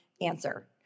answer